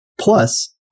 Plus